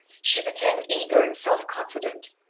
she became eager and self-confident,